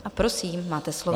A prosím, máte slovo.